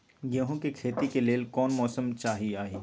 गेंहू के खेती के लेल कोन मौसम चाही अई?